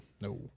no